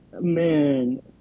Man